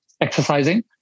exercising